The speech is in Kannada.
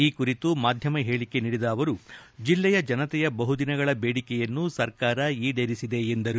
ಈ ಕುರಿತು ಮಾದ್ಯಮ ಹೇಳಿಕೆ ನೀಡಿದ ಅವರು ಜಿಲ್ಲೆಯ ಜನತೆಯ ಬಹುದಿನಗಳ ಬೇಡಿಕೆಯನ್ನು ಸರ್ಕಾರ ಈಡೇರಿಸಿದೆ ಎಂದರು